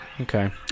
Okay